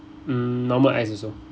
mm normal ice also